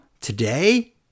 today